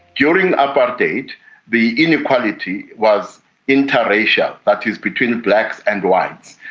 during apartheid the inequality was interracial, that is between blacks and whites.